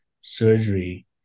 surgery